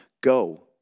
Go